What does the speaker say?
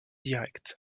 directs